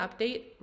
update